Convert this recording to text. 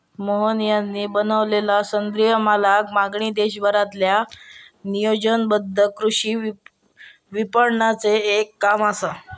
मोहन यांनी बनवलेलला सेंद्रिय मालाक मागणी देशभरातील्या नियोजनबद्ध कृषी विपणनाचे एक काम असा